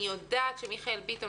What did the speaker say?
אני יודעת שמיכאל ביטון,